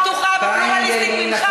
פתוחה ופלורליסטית ממך.